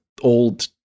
old